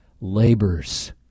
labors